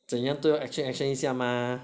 怎样都要 action action 一下吗